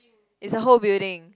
is a whole building